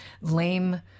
lame